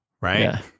right